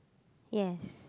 yes